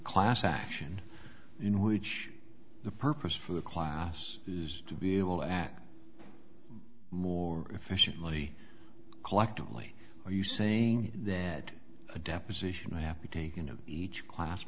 class action in which the purpose for the class is to be able act more efficiently collectively are you saying that a deposition happy taken of each class